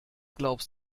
glaubst